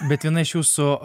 bet viena iš jūsų